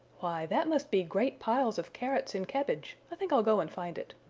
why, that must be great piles of carrots and cabbage! i think i'll go and find it.